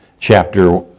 chapter